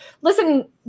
Listen